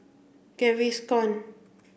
Gaviscon